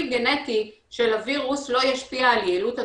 גנטי של הווירוס לא ישפיע על יעילות התרופה,